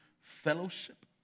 fellowship